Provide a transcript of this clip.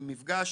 עם מפגש,